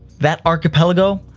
that archipelago,